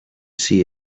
see